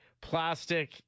plastic